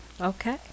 Okay